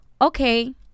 okay